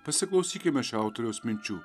pasiklausykime šio autoriaus minčių